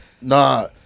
Nah